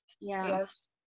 yes